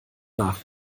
nach